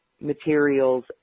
materials